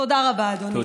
תודה רבה, אדוני.